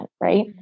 Right